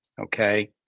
okay